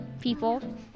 people